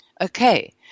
Okay